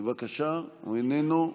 בבקשה, הוא איננו,